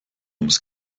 ums